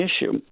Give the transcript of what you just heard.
issue